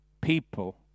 people